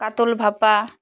কাতল ভাপা